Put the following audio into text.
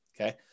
okay